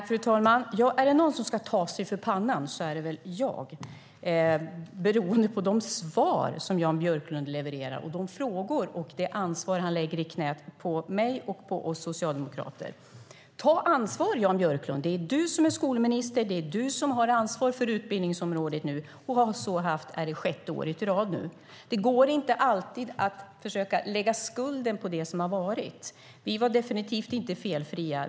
Fru talman! Är det någon som ska ta sig för pannan är det väl jag, beroende på de svar som Jan Björklund levererar och de frågor och det ansvar han lägger i knäet på oss socialdemokrater. Ta ansvar, Jan Björklund! Det är du som är skolminister. Det är du som har ansvar för utbildningsområdet. Det är sjätte året i rad nu. Det går inte alltid att lägga skulden på det som har varit. Vi var definitivt inte felfria.